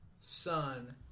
son